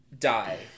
die